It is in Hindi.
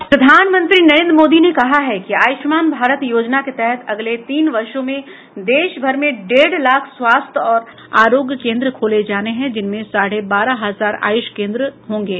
प्रधामनंत्री नरेन्द्र मोदी ने कहा कि आयुष्मान भारत योजना के तहत अगले तीन वर्षों में देश भर में डेढ़ लाख स्वास्थ्य और आरोग्य केन्द्र खोले जाने हैं जिनमें साढ़े बारह हजार आयुष केन्द्र होंगे